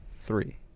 three